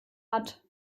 hat